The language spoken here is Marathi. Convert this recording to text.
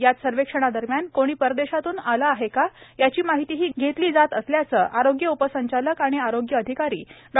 याच सर्व्हेदरम्यान कोणी परदेशातून आले आहेत का याची माहितीही घेतली जात असल्याचे आरोग्य उपसंचालक तथा आरोग्य अधिकारी डॉ